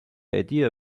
idea